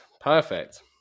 Perfect